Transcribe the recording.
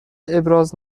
ابراز